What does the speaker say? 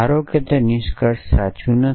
ધારો કે નિષ્કર્ષ સાચું નથી